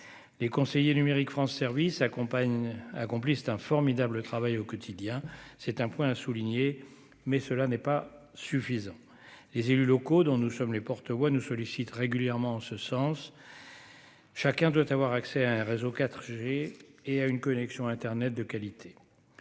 les conseillers numériques France service accompagne accomplissent un formidable travail au quotidien, c'est un point à souligner, mais cela n'est pas suffisant : les élus locaux, dont nous sommes les porte-voix nous sollicitent régulièrement en ce sens, chacun doit avoir accès à un réseau 4 G et à une connexion Internet de qualité